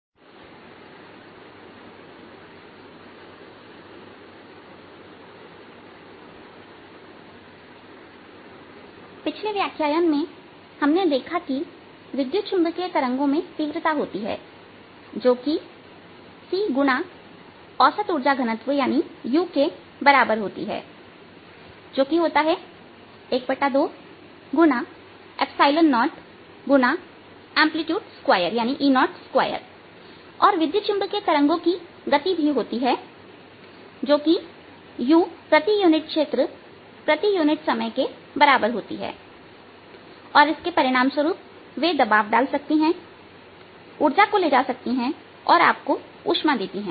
व्याख्यान 61 विद्युत चुंबकीय तरंगों का ऊर्जा और संवेग उदाहरण पिछले व्याख्यान में हमने देखा कि विद्युत चुंबकीय तरंगों में तीव्रता होती है जो कि c गुना औसत ऊर्जा घनत्व u के बराबर होती है जो कि होता है ½ x ɛ0 xE02 एंप्लीट्यूड स्क्वायर तथा विद्युत चुंबकीय तरंगों की गति भी होती है जो कि u प्रति यूनिट क्षेत्र प्रति यूनिट समय के बराबर होती है और इसके परिणाम स्वरूप वे दबाव डाल सकती हैं उर्जा को ले जा सकती हैं और आपको ऊष्मा देती हैं